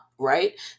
Right